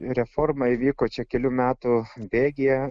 reforma įvyko čia kelių metų bėgyje